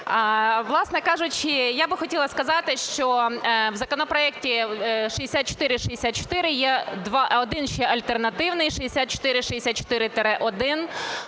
Власне кажучи, я би хотіла сказати, що в законопроекті 6464, є один ще альтернативний – 6464-1,